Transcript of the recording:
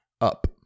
up